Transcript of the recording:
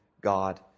God